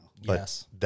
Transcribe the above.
Yes